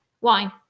Wine